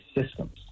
systems